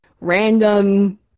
random